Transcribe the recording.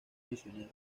misionero